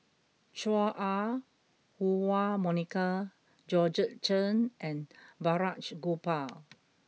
Chua Ah Huwa Monica Georgette Chen and Balraj Gopal